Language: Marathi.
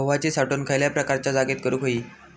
गव्हाची साठवण खयल्या प्रकारच्या जागेत करू होई?